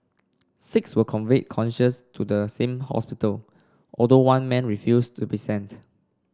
six were conveyed conscious to the same hospital although one man refused to be sent